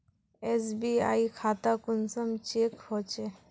SBI खाता कुंसम check होचे?